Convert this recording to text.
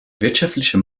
wirtschaftliche